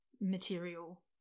material